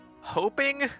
hoping